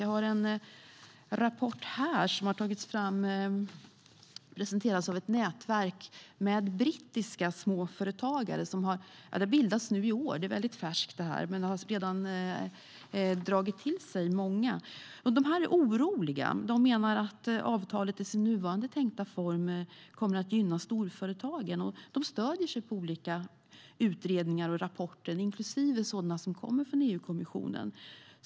Jag har en rapport som har presenterats av ett nätverk av brittiska småföretagare. Det bildades i år. Nätverket är färskt, men det har redan dragit till sig många företagare. De är oroliga. De menar att avtalet i sin nuvarande tänkta form kommer att gynna storföretagen. De stöder sig på olika utredningar och rapporter, inklusive sådana som kommer från EU-kommissionen.